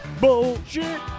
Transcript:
Bullshit